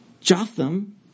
Jotham